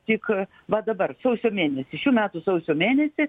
tik va dabar sausio mėnesį šių metų sausio mėnesį